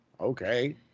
okay